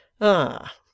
Ah